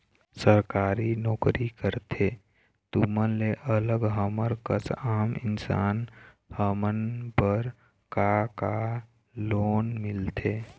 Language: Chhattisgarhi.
सरकारी नोकरी करथे तुमन ले अलग हमर कस आम इंसान हमन बर का का लोन मिलथे?